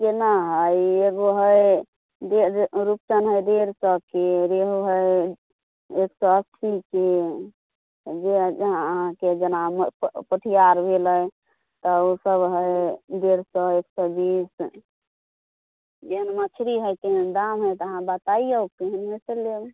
केना है एगो है रूपचन्द है डेढ़ सएके रेहू है एक सए अस्सीके अहाँके जेना पोठिया अर भेलै तब उ सब है डेढ़ सए एक सए बीस जेहन मछली है तेहन दाम है तऽ अहाँ बतैइयो तेहनमे सँ लेब